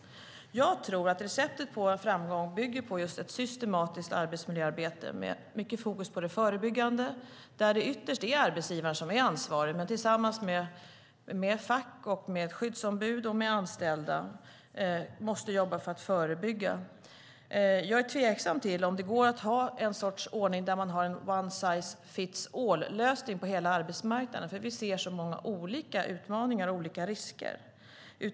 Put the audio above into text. Jag tror att receptet på en framgång bygger på ett systematiskt arbetsmiljöarbete med mycket fokus på det förebyggande där det ytterst är arbetsgivaren som är ansvarig och tillsammans med fack, skyddsombud och anställda måste jobba för att förebygga. Jag är tveksam till om det går att ha att ha en ordning där man har en one-size-fits-all-lösning på hela arbetsmarknaden. Vi ser så många olika utmaningar och olika risker.